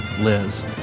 Liz